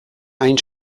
han